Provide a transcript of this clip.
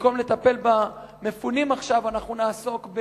במקום לטפל במפונים עכשיו אנחנו נעסוק,